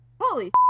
Holy